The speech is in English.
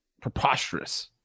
preposterous